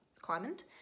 Climate